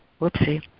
whoopsie